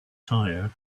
tire